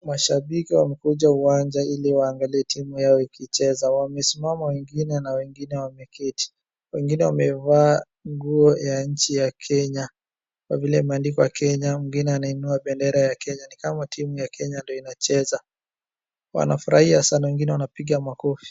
Mashabiki wamekuja uwanja iliwaangalie timu yao ikicheza. Wamesimama wengine na wengine wameketi. Wengine wamevaa nguo ya nchi ya Kenya, kwa vile imeandikwa Kenya. Mwingine anainua bendera ya Kenya. Ni kama timu ya Kenya ndiyo inacheza. Wanafurahia sana wengine wanapiga makofi.